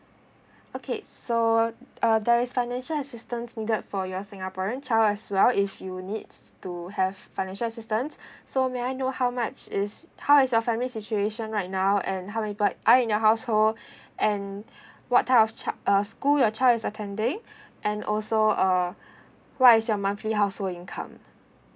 okay so uh there is financial assistance needed for your singaporean child as well if you need to have financial assistance so may I know how much is how is your family situation right now and how many people are in your household and what type of charge uh school your child is attending and also uh what is your monthly household income